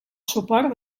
suport